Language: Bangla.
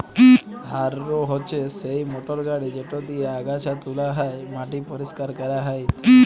হাররো হছে সেই মটর গাড়ি যেট দিঁয়ে আগাছা তুলা হ্যয়, মাটি পরিষ্কার ক্যরা হ্যয় ইত্যাদি